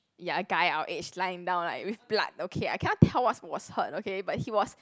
ya a guy our age lying down like with blood okay I cannot tell what's was hurt okay but he was